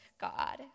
God